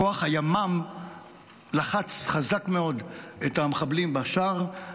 כוח הימ"מ לחץ חזק מאוד את המחבלים בשער,